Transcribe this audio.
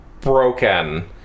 broken